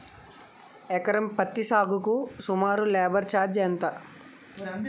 ఎకరం పత్తి సాగుకు సుమారు లేబర్ ఛార్జ్ ఎంత?